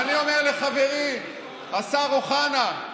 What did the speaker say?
ואני אומר לחברי השר אוחנה: